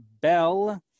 bell